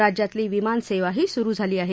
राज्यातली विमानसेवाही सुरू झाली आहे